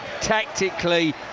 tactically